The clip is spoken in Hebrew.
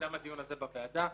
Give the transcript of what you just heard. הדיון הזה בוועדה.